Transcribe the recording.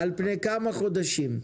על פני כמה חודשים?